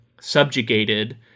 subjugated